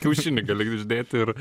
kiaušinį gali uždėt ir